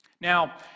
Now